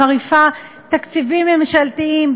מרעיפה תקציבים ממשלתיים,